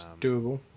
Doable